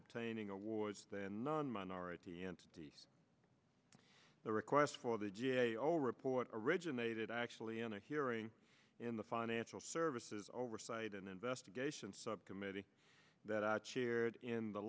obtaining awards than non minority and the request for the g a o report originated actually in a hearing in the financial services oversight and investigation subcommittee that i chaired in the